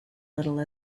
little